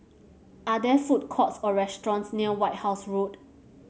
are there food courts or restaurants near White House Road